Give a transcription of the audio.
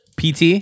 PT